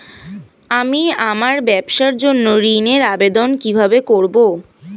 আমি আমার ব্যবসার জন্য ঋণ এর আবেদন কিভাবে করব?